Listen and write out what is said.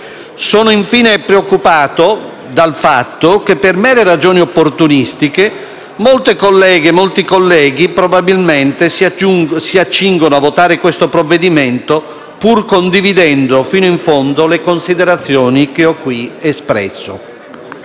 Sono infine preoccupato dal fatto che, per mere ragioni opportunistiche, molte colleghe e molti colleghi probabilmente si accingono a votare il provvedimento pur condividendo fino in fondo le considerazioni che ho qui espresso.